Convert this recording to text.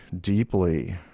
deeply